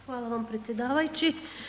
Hvala vam predsjedavajući.